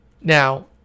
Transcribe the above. Now